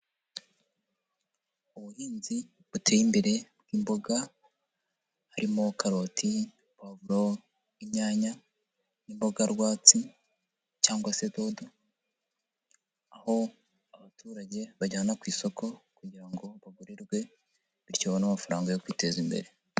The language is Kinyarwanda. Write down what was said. Ubuhinzi buteye imbere, imboga harimo karoti, puavro inyanya, n'imboga rwatsi cyangwa se dodo, aho abaturage bajyana ku isoko kugira ngo bagurirwe bityo babine amafaranga yo kwiteza imbere.